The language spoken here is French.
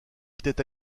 était